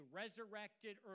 resurrected